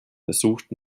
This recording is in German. versucht